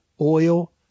oil